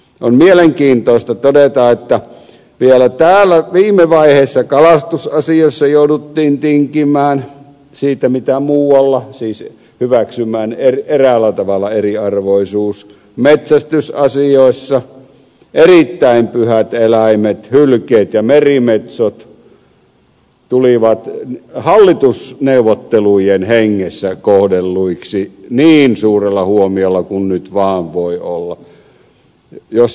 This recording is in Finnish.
on mielenkiintoista todeta että vielä täällä viime vaiheessa kalastusasiassa jouduttiin tinkimään siitä mitä muualla siis hyväksymään eräällä tavalla eriarvoisuus metsästysasioissa erittäin pyhät eläimet hylkeet ja merimetsot tulivat hallitusneuvottelujen hengessä kohdelluiksi niin suurella huomiolla kuin nyt vaan voi olla